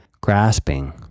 grasping